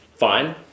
fine